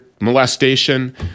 molestation